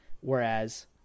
Whereas